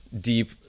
deep